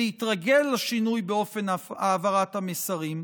להתרגל לשינוי באופן העברת המסרים,